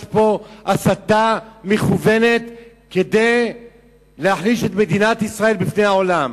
יש פה הסתה מכוונת כדי להחליש את מדינת ישראל בעולם.